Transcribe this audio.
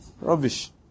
Rubbish